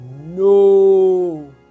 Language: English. no